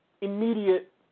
immediate